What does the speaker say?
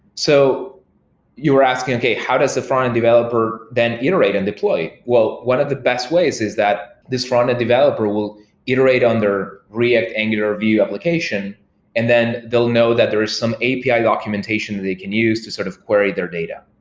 so you're asking, okay. how does a frontend developer then iterate and deploy? well, one of the best ways is that this frontend developer will iterate under react, angular or view application and then they'll know that there's some api ah documentation that they can use to sort of query their data.